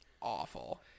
awful